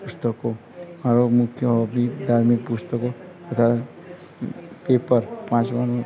પુસ્તકો મારો મુખ્ય હોબી ધાર્મિક પુસ્તકો અથવા પેપર વાંચવાનું